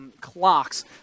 clocks